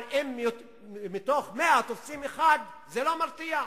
אם מתוך 100 תופסים אחד, זה לא מרתיע.